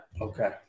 okay